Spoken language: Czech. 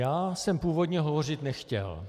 Já jsem původně hovořit nechtěl.